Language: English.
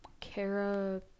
Kara